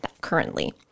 currently